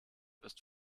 ist